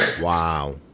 Wow